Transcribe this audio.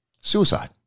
Suicide